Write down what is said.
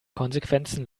konsequenzen